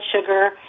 sugar